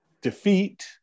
defeat